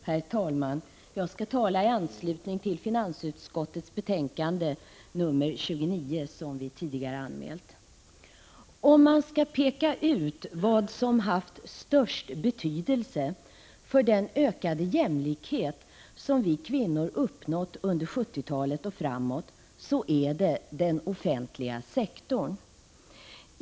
Herr talman! Jag skall tala i anslutning till finansutskottets betänkande 29, som vi tidigare anmält. Om man skall peka ut vad som haft störst betydelse för den ökade jämlikhet som vi kvinnor uppnått under 1970-talet och framåt, så är det den offentliga sektorn.